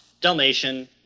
Dalmatian